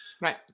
Right